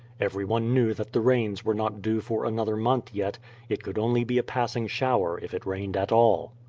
everyone knew that the rains were not due for another month yet it could only be a passing shower if it rained at all.